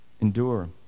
endure